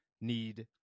need